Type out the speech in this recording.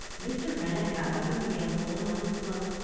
mr. rennett got up and began pulling on his gloves.